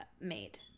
made